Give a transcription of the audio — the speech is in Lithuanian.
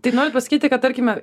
tai norit pasakyti kad tarkime